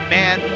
man